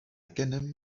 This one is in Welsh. gennym